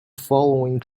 following